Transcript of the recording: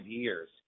years